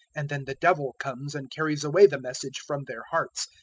and then the devil comes and carries away the message from their hearts,